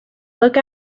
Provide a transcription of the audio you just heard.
look